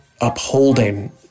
upholding